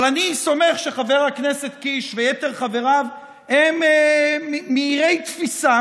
אבל אני סומך על כך שחבר הכנסת קיש ויתר חבריו הם מהירי תפיסה,